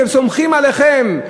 שסומכים עליכם,